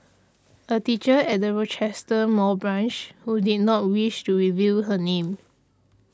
a teacher at the Rochester Mall branch who did not wish to reveal her name